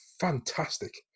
fantastic